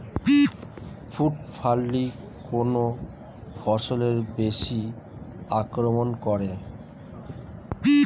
Fruit fly কোন ফসলে বেশি আক্রমন করে?